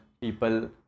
people